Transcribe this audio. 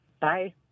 Bye